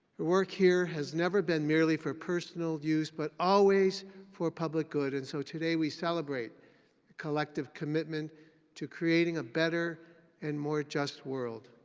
work here has never been merely for personal use, but always for a public good. and so today we celebrate a collective commitment to creating a better and more just world.